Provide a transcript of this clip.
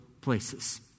places